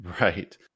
Right